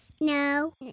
No